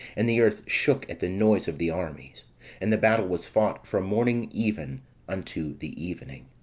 and the earth shook at the noise of the armies and the battle was fought from morning even unto the evening.